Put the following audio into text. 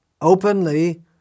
openly